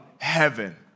heaven